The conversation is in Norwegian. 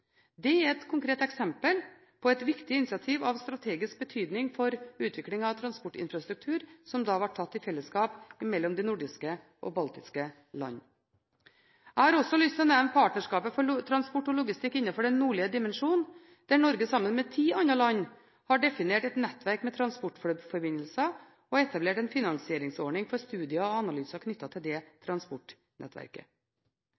er et konkret eksempel på et viktig initiativ av strategisk betydning for utvikling av transportinfrastruktur, som da ble tatt i fellesskap mellom de nordiske og baltiske land. Jeg har også lyst til å nevne partnerskapet for transport og logistikk innenfor den nordlige dimensjon, der Norge sammen med ti andre land har definert et nettverk med transportforbindelser og etablert en finansieringsordning for studier og analyser knyttet til det